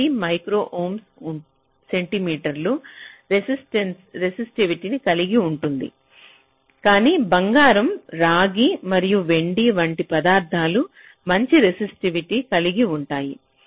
8 micro ఓంల centimetre రెసిస్టివిటీని కలిగి ఉందని చూడవచ్చు కాని బంగారం రాగి మరియు వెండి వంటి పదార్థాలు మంచి రెసిస్టివిటీని కలిగి ఉంటాయి